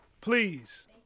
Please